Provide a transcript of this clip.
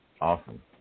Awesome